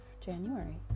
January